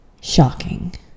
Shocking